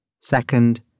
Second